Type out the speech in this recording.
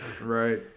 right